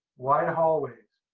wide hallways.